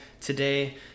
today